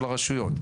של הרשויות,